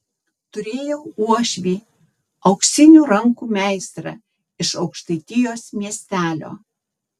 turėjau uošvį auksinių rankų meistrą iš aukštaitijos miestelio